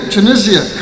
Tunisia